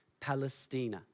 Palestina